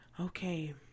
Okay